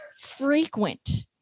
frequent